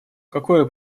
какое